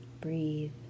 breathe